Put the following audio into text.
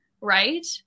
right